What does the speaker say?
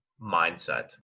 mindset